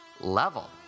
level